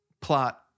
plot